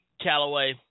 Callaway